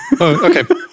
okay